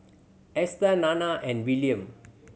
Easter Nana and Willian